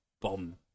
bomb